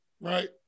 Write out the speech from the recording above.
right